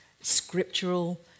scriptural